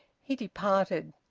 he departed,